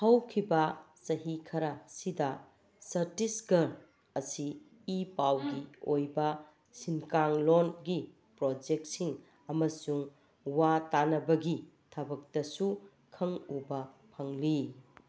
ꯍꯧꯈꯤꯕ ꯆꯍꯤ ꯈꯔ ꯑꯁꯤꯗ ꯆꯇꯤꯁꯒꯔ ꯑꯁꯤ ꯏ ꯄꯥꯎꯒꯤ ꯑꯣꯏꯕ ꯁꯤꯟꯀꯥꯡꯂꯣꯟꯒꯤ ꯄ꯭ꯔꯣꯖꯦꯛꯁꯤꯡ ꯑꯃꯁꯨꯡ ꯋꯥ ꯇꯥꯟꯅꯕꯒꯤ ꯊꯕꯛꯇꯁꯨ ꯈꯪ ꯎꯕ ꯐꯪꯂꯤ